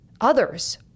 others